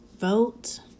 vote